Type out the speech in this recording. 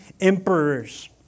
emperors